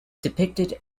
depicted